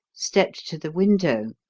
stepped to the window,